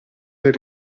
del